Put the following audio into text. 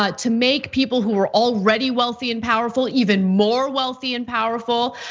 ah to make people who are already wealthy and powerful, even more wealthy and powerful.